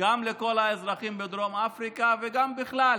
גם לכל האזרחים בדרום אפריקה וגם בכלל,